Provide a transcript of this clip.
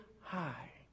high